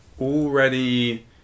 already